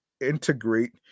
integrate